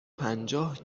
پنجاه